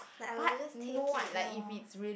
like I will just take it loh